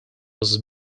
was